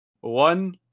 One